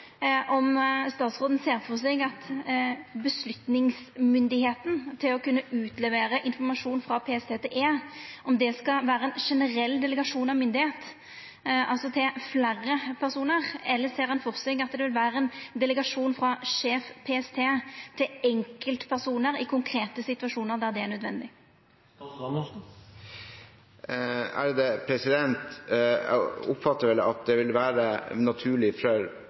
om statsråden ser for seg at avgjerdsmakta med omsyn til å kunna utlevera informasjon frå PST til E-tenesta skal vera ei generell delegering av myndigheit, altså til fleire personar, eller ser han for seg at det vil vera ei delegering frå sjef PST til enkeltpersonar i konkrete situasjonar der det er nødvendig? Jeg oppfatter vel at det